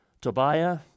Tobiah